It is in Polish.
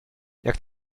jak